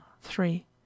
three